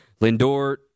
Lindor